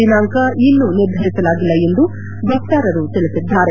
ದಿನಾಂಕ ಇನ್ನೂ ನಿರ್ಧರಿಸಲಾಗಿಲ್ಲ ಎಂದು ವಕ್ತಾರರು ತಿಳಿಸಿದ್ದಾರೆ